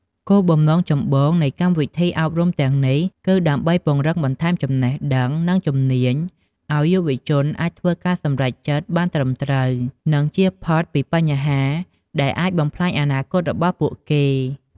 គោលបំណង ចម្បងនៃកម្មវិធីអប់រំទាំងនេះគឺ ដើម្បីពង្រឹងបន្ថែមចំណេះដឹង និងជំនាញឱ្យយុវជនអាចធ្វើការសម្រេចចិត្តបានត្រឹមត្រូវ និងចៀសផុតពីបញ្ហា ដែលអាចបំផ្លាញអនាគតរបស់ពួកគេ។